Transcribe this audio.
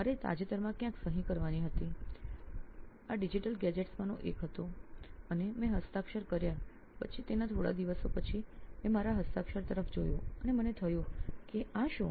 મારે તાજેતરમાં ક્યાંક સહી કરવાની હતી આ ડિજિટલ ગેજેટ્સમાંનું એક હતું અને મેં હસ્તાક્ષર કર્યા તેના થોડા દિવસો પછી પછી મેં મારા હસ્તાક્ષર તરફ જોયું અને મને થયું કે આ શું